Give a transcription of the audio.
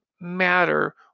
matter